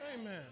Amen